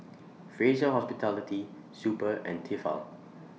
Fraser Hospitality Super and Tefal